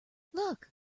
look